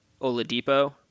Oladipo